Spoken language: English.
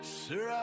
sir